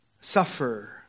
suffer